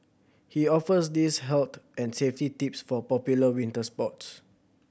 he offers these health and safety tips for popular winter sports